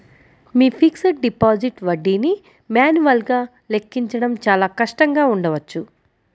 మీ fixed deposit వడ్డీని మాన్యువల్గా లెక్కించడం చాలా కష్టంగా ఉండవచ్చు